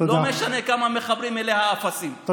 לא משנה כמה מחברים אליה אפסים,